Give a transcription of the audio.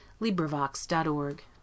LibriVox.org